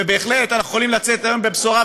ובהחלט אנחנו יכולים לצאת גם בבשורה,